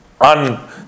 on